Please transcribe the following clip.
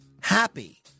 happy